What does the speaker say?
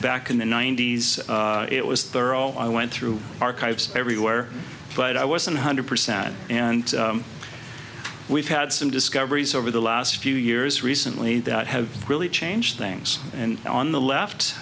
back in the ninety's it was thorough i went through archives everywhere but i wasn't a hundred percent and we've had some discoveries over the last few years recently that have really changed things and on the left